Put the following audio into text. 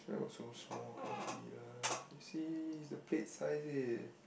where got so small cannot be lah see it's the plate size eh